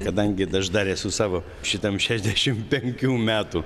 kadangi aš dar esu savo šitam šešiasdešim penkių metų